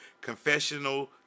Confessional